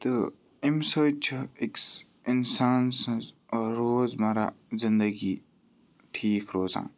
تہٕ امہِ سۭتۍ چھُ أکِس اِنسان سٕنٛز روزمَرہ زندگی ٹھیٖک روزان